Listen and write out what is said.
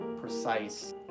precise